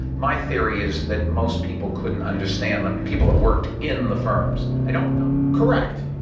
my theory is that most people couldn't understand them. people that worked in the firms, i don't know correct.